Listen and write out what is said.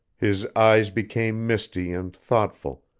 his eyes became misty and thoughtful,